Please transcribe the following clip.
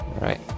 right